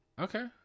Okay